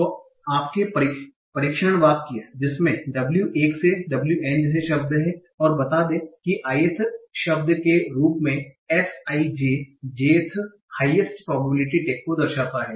तो आपके परीक्षण वाक्य जिसमें w1 से wn जैसे शब्द हैं और बता दें कि ith शब्द के रूप में s i j jth highest probability tag को दर्शाता है